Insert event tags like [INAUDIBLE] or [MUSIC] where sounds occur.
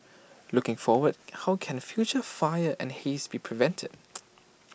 looking forward how can future fires and haze be prevented [NOISE]